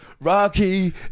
Rocky